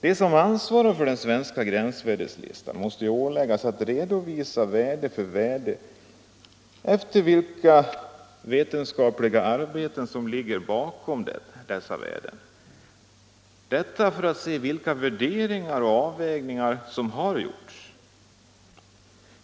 De som ansvarar för den svenska gränsvärdeslistan måste åläggas att redovisa värde för värde vilka vetenskapliga arbeten som ligger bakom värdena. Detta för att se vilka värderingar och avvägningar som har gjorts.